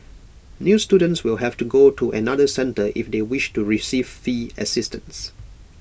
new students will have to go to another centre if they wish to receive fee assistance